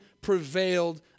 prevailed